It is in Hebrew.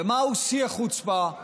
ומהו שיא החוצפה?